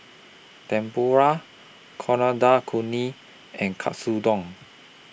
Tempura Coriander Chutney and Katsudon